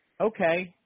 okay